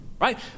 right